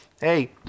hey